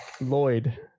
Lloyd